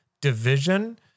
division